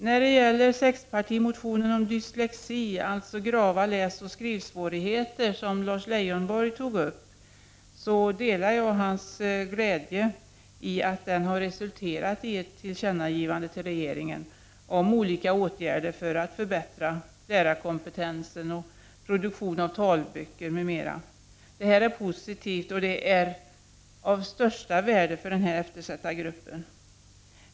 När det gäller sexpartimotionen om dyslexi, dvs. grava läsoch skrivsvårigheter, som Lars Leijonborg tog upp, delar jag hans glädje över att den har resulterat i ett tillkännagivande till regeringen om olika åtgärder för att förbättra lärarkompetensen och produktionen av talböcker m.m. Det är positivt, och det är av största värde för denna eftersatta grupp.